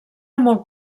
molt